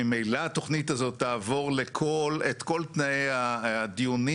ממילא התוכנית הזאת תעבור את כל תנאי הדיונים